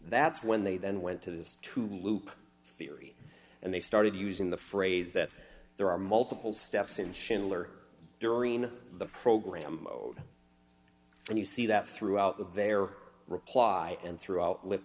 that's when they then went to this to loop theory and they started using the phrase that there are multiple steps in schiller during the program and you see that throughout the their reply and throughout